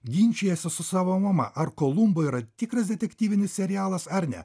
ginčijasi su savo mama ar kolumbo yra tikras detektyvinis serialas ar ne